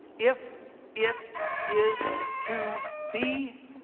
if it is to be,